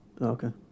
Okay